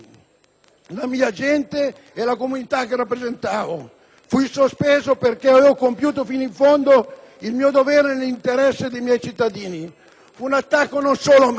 la mia gente e la comunità che rappresentavo. Fui sospeso perché avevo compiuto fino in fondo il mio dovere nell'interesse dei miei cittadini. Fu un attacco non solo a me,